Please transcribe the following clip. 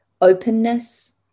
openness